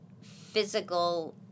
physical